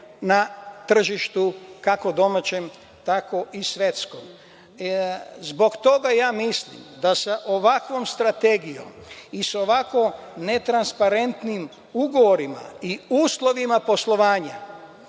na tržištu kako domaćem, tako i svetskom. Zbog toga mislim da sa ovakvom strategijom i sa ovako netransparentnim ugovorima i uslovima poslovanja